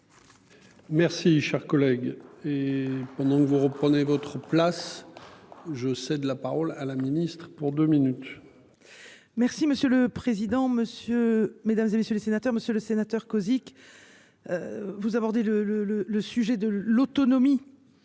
Merci cher collègue. Et pendant que vous reprenez votre place je cède la parole à la ministre pour 2 minutes. Merci monsieur le président. Monsieur mesdames et messieurs les sénateurs, Monsieur le Sénateur, Cozic. Vous abordez le le le le sujet de l'autonomie.